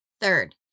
Third